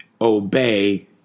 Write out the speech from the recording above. obey